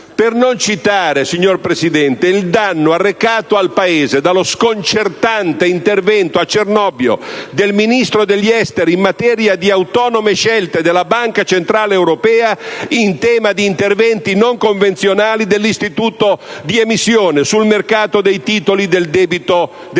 Per non citare, signor Presidente, il danno arrecato al Paese dallo sconcertante intervento, a Cernobbio, del Ministro degli affari esteri in materia di autonome scelte della Banca centrale europea in tema di interventi non convenzionali dell'istituto di emissione sul mercato dei titoli del debito pubblico.